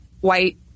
white